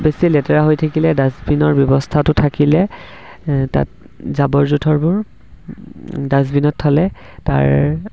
বেছি লেতেৰা হৈ থাকিলে ডাষ্টবিনৰ ব্যৱস্থাটো থাকিলে তাত জাবৰ জোঁথৰবোৰ ডাষ্টবিনত থলে তাৰ